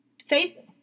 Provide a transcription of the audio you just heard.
say